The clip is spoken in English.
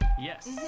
Yes